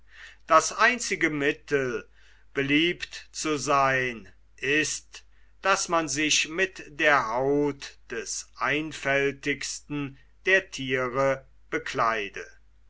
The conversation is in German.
das einzige mittel beliebt zu seyn ist daß man sich mit der haut des einfältigsten der thiere bekleide